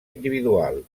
individual